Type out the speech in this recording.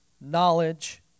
knowledge